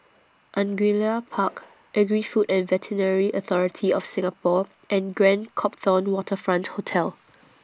Angullia Park Agri Food and Veterinary Authority of Singapore and Grand Copthorne Waterfront Hotel